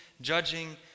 judging